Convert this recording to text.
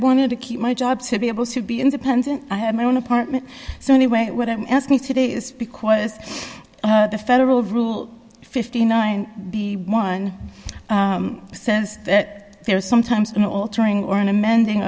wanted to keep my job to be able to be independent i had my own apartment so anyway what i'm asking today is bequest the federal rule fifty nine b one says that there is sometimes altering or an amending